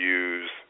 use